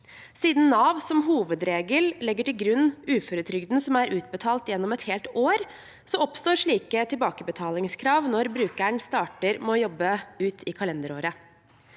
Siden Nav som hovedregel legger til grunn uføretrygden som er utbetalt gjennom et helt år, oppstår slike tilbakebetalingskrav når brukeren starter med å jobbe ut i kalenderåret.